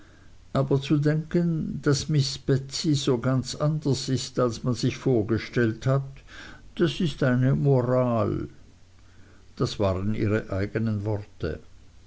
aber zu denken daß miß betsey so ganz anders ist als man sich vorgestellt hat das ist eine moral das waren ihre eignen worte